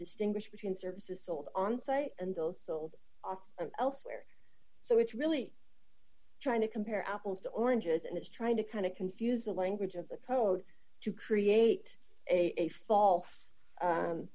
distinguish between services sold on site and those d sold off elsewhere so it's really trying to compare apples to oranges and is trying to kind of confuse the language of the code to create a false